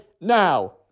now